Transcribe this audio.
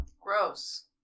Gross